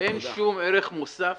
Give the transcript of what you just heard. אין שום ערך מוסף